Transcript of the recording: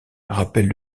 rappelle